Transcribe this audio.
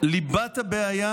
ליבת הבעיה,